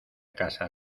casa